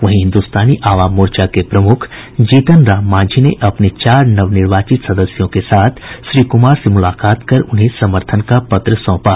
वहीं हिन्दुस्तानी आवाम मोर्चा के प्रमुख जीतन राम मांझी ने अपने चार नवनिर्वाचित सदस्यों के साथ श्री कुमार से मुलाकात कर उन्हें समर्थन का पत्र सौंपा